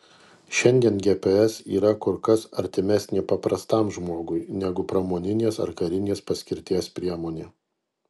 šiandien gps yra kur kas artimesnė paprastam žmogui negu pramoninės ar karinės paskirties priemonė